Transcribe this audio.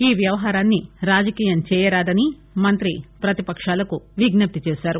ఈ వ్యవహారాన్ని రాజకీయం చేయరాదని మంత్రి ప్రతిపక్షాలకు విజ్ఞప్తి చేశారు